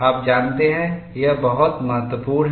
आप जानते हैं ये बहुत महत्वपूर्ण हैं